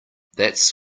that’s